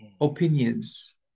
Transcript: opinions